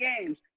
games